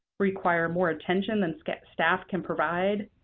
require more attention than staff staff can provide,